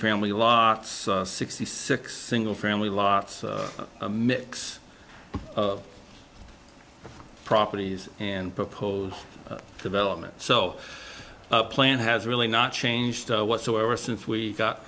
family lots sixty six single family lots mix of properties and proposed development so plan has really not changed whatsoever since we got